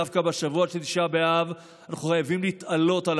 דווקא בשבוע של תשעה באב אנחנו חייבים להתעלות על